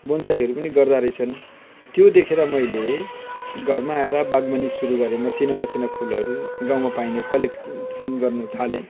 बोनसाईहरू पनि गर्दा रहेछन् त्यो देखेर मैले घरमा आएर बागवानी सुरु गरेँ मसिना मसिना फुलहरू गाउँमा पाइने कलेक्सन गर्नु थालेँ